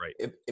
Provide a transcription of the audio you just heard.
Right